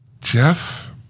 Jeff